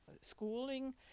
schooling